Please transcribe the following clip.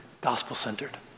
gospel-centered